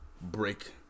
break